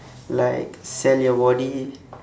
like sell your body